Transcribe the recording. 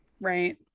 Right